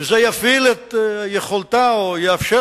וזה יפעיל את יכולתה של התעשייה ויאפשר